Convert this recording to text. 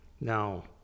now